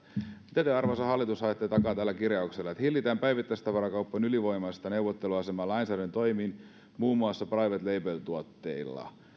te arvoisa hallitus ajatte takaa tällä kirjauksella että hillitään päivittäistavarakauppojen ylivoimaista neuvotteluasemaa lainsäädännön toimin muun muassa private label tuotteet